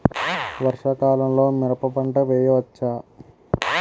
వర్షాకాలంలో మిరప పంట వేయవచ్చా?